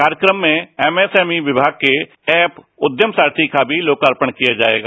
कार्यक्रम में एमएसएमई विभाग के ऐप स्टद्यम सारखीर का भी लोकार्पण किया जायेगा